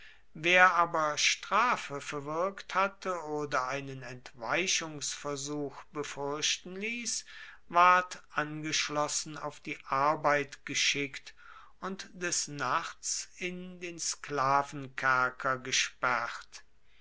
wer aber strafe verwirkt hatte oder einen entweichungsversuch befuerchten liess ward angeschlossen auf die arbeit geschickt und des nachts in den sklavenkerker gesperrt